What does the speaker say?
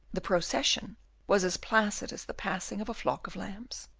the procession was as placid as the passing of a flock of lambs,